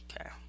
Okay